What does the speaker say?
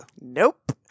Nope